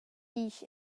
disch